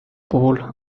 puhul